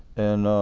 and